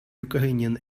ukrainian